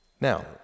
Now